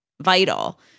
vital